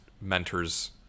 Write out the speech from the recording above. mentors